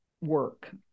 work